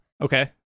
Okay